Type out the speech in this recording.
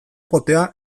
potea